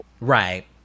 Right